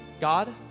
God